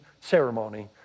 ceremony